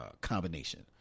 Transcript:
combination